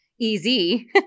easy